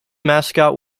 mascot